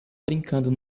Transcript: brincando